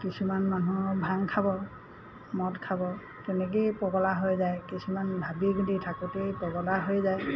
কিছুমান মানুহৰ ভাং খাব মদ খাব তেনেকেই পগলা হৈ যায় কিছুমান ভাবি কিন্দি থাকোঁতেই পগলা হৈ যায়